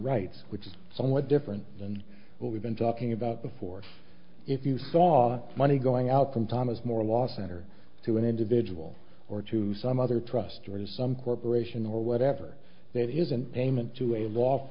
rights which is somewhat different than what we've been talking about before if you saw money going out from thomas moore law center to an individual or to some other trust or to some corporation or whatever that isn't payment to a law for